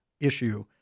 issue